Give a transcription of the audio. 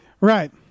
right